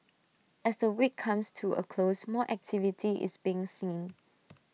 as the week comes to A close more activity is being seen